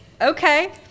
Okay